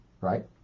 right